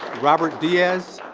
robert diaz.